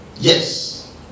Yes